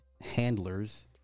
handlers